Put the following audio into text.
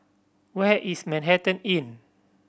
where is Manhattan Inn